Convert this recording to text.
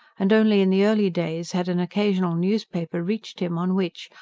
and only in the early days had an occasional newspaper reached him, on which,